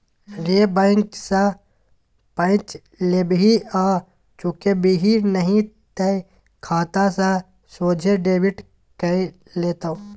रे बैंक सँ पैंच लेबिही आ चुकेबिही नहि तए खाता सँ सोझे डेबिट कए लेतौ